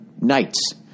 nights